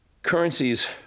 Currencies